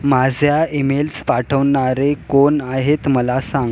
माझ्या ईमेल्स पाठवणारे कोण आहेत मला सांग